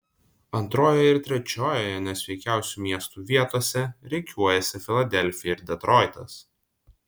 antrojoje ir trečiojoje nesveikiausių miestų vietose rikiuojasi filadelfija ir detroitas